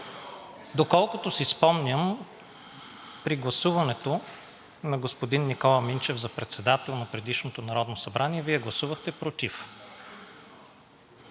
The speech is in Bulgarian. Доколкото си спомням, при гласуването на господин Никола Минчев за председател на предишното Народно събрание Вие гласувахте против.